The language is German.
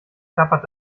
klappert